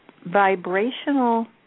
vibrational